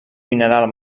mineral